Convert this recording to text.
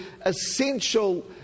essential